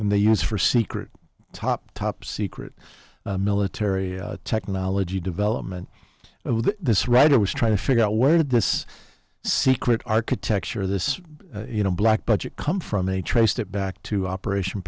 and they use for secret top top secret military technology development this writer was trying to figure out where did this secret architecture of this you know black budget come from a traced it back to operation